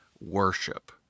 worship